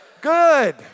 good